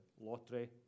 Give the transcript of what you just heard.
lottery